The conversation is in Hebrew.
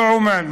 לא עומאן.